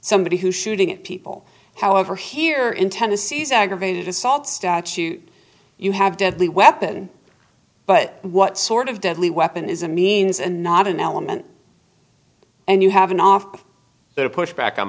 somebody who shooting at people however here in tennessee is aggravated assault statute you have deadly weapon but what sort of deadly weapon is a means and not an element and you have an awful pushback on